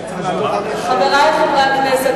חברי חברי הכנסת,